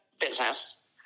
business